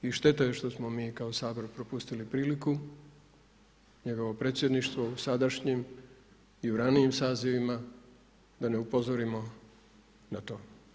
I šteta je što smo mi kao Sabor propustili priliku, njegovo predsjedništvo u sadašnjim i u ranijim sazivima da ne upozorimo na to.